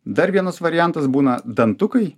dar vienas variantas būna dantukai